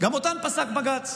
גם אותם פסל בג"ץ,